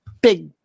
big